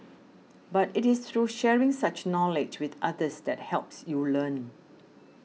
but it is through sharing such knowledge with others that helps you learn